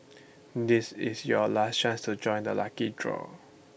this is your last chance to join the lucky draw